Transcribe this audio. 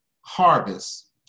harvest